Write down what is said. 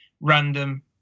random